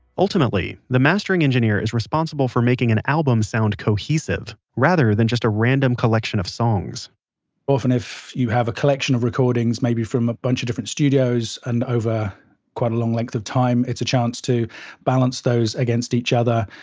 ultimately, the mastering engineer is responsible for making an album sound cohesive, rather than just a random collection of songs often, if you have a collection of recordings maybe from a bunch of different studios, and over quite a long length of time, it's a chance to balance those against each other,